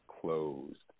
closed